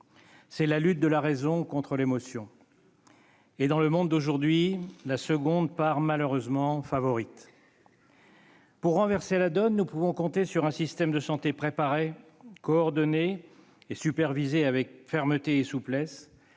C'est la lutte de la raison contre l'émotion ; or, dans le monde d'aujourd'hui, la seconde part malheureusement favorite. Pour inverser la donne, nous pouvons compter sur un système de santé préparé, coordonné et supervisé avec fermeté et souplesse,